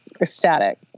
ecstatic